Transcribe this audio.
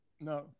No